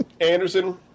Anderson